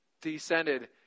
descended